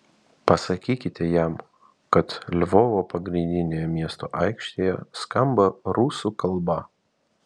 pasakykite jam kad lvovo pagrindinėje miesto aikštėje skamba rusų kalba